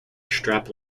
strap